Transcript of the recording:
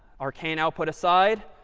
arcane output aside,